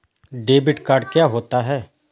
Debit card क्या होता है?